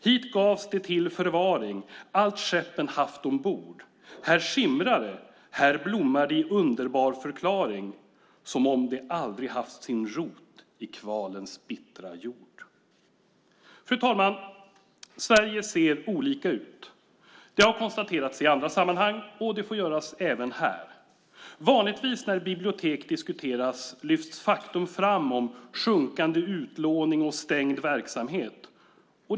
Hit gavs det till förvaring, allt skeppen haft ombord. Här skimrar det, här blommar det i underbar förklaring som om det aldrig haft sin rot i kvalens bittra jord. Fru talman! Sverige ser olika ut. Det har konstaterats i andra sammanhang, och det får göras även här. Vanligtvis när bibliotek diskuteras lyfts faktum fram om sjunkande utlåning och stängd verksamhet.